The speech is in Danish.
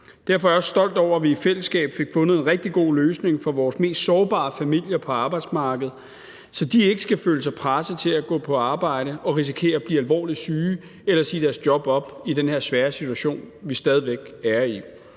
Derfor er jeg også stolt over, at vi i fællesskab fik fundet en rigtig god løsning for vores mest sårbare familier på arbejdsmarkedet, så de ikke skal føle sig presset til at gå på arbejde og risikere at blive alvorligt syge eller sige deres job op i den her svære situation, vi stadig væk er i.